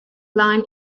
line